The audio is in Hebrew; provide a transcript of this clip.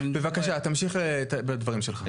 בבקשה, תמשיך בדברים שלך.